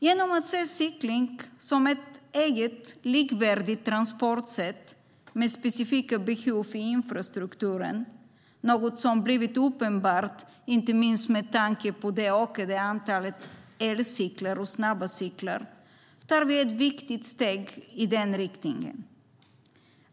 Genom att se cykling som ett eget, likvärdigt transportsätt med specifika behov i infrastrukturen, något som blivit uppenbart inte minst med tanke på det ökade antalet elcyklar och snabba cyklar, tar vi ett viktigt steg i den riktningen.